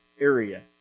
area